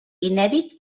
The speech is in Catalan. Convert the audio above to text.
inèdit